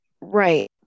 right